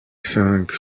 cinq